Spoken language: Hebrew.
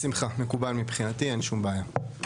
בשמחה, מקובל מבחינתי, אין שום בעיה.